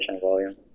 volume